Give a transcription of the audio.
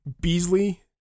Beasley